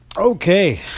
Okay